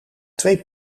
twee